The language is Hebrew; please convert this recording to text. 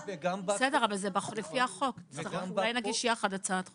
בסדר, אולי נגיש יחד הצעת חוק.